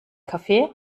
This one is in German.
kaffee